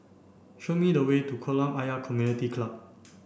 show me the way to Kolam Ayer Community Club